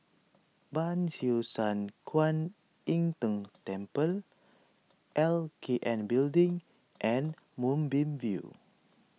Ban Siew San Kuan Im Tng Temple L K N Building and Moonbeam View